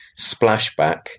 splashback